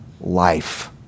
life